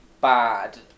bad